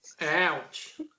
Ouch